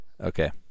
Okay